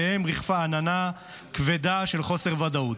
ומעליהם ריחפה עננה כבדה של חוסר ודאות,